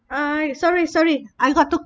uh sorry sorry I got to